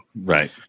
right